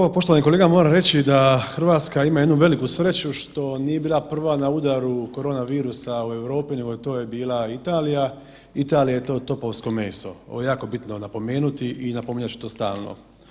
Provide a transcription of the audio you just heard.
Prvo poštovani kolega moram reći da Hrvatska ima jednu veliku sreću što nije bila prva na udaru korona virusa u Europi nego je to bila Italija, Italija je to topovsko meso, ovo je jako bitno napomenuti i napominjat ću to stalno.